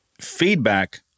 feedback